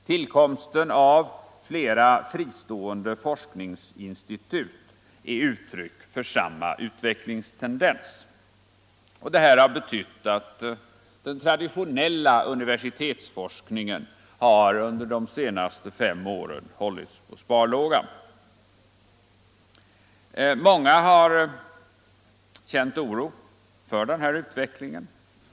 Tillkomsten av flera fristående forskningsinstitut är uttryck för samma utvecklingstendens. Det här har betytt att den traditionella universitetsforskningen under de senaste fem åren har hållits på sparlåga. Många har känt oro för den här utvecklingen.